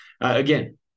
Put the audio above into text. again